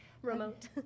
Remote